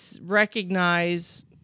recognize